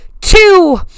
two